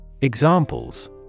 Examples